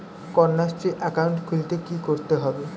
Kanyashree account খুলতে কী করতে হবে?